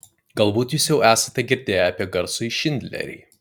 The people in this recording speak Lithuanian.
galbūt jūs jau esate girdėję apie garsųjį šindlerį